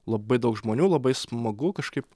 labai daug žmonių labai smagu kažkaip